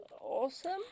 Awesome